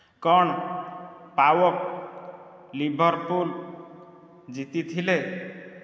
କ'ଣ PAOK Liverpool ଜିତିଥିଲେ